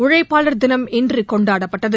உழைப்பாளர் தினம் இன்று கொண்டாடப்பட்டது